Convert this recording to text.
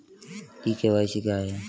ई KYC क्या है?